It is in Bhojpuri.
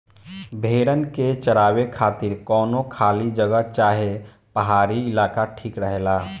भेड़न के चरावे खातिर कवनो खाली जगह चाहे पहाड़ी इलाका ठीक रहेला